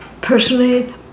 personally